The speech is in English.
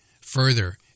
further